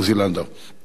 הסכיתו ושמעו.